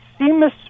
Seamus